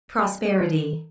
Prosperity